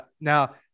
now